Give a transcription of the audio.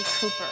Cooper